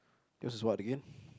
yours what again